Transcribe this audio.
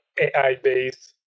AI-based